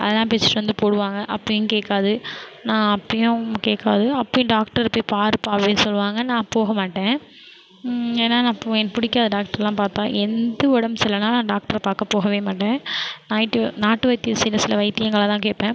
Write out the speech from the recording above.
அதலாம் பிச்சுட்டு வந்து போடுவாங்க அப்பவும் கேட்காது நா அப்பவும் கேட்காது அப்பவும் டாக்டரை போய் பாருப்பா அப்டின்னு சொல்வாங்க நான் போக மாட்டேன் ஏன்னா நான் எனக்கு பிடிக்காது டாக்ட்ரைலாம் பார்த்தா எந்த உடம்பு சரியில்லேன்னாலும் நான் டாக்ட்ரை பார்க்க போகவே மாட்டேன் நாட்டு வைத்தியம் சில சில வைத்தியங்களை தான் கேட்பேன்